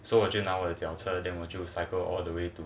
so 我去拿我的脚车 then 我就 cycle all the way to